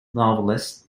novelist